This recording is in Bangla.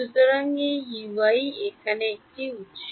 সুতরাং এ Ey এখানে এই উত্স